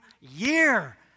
year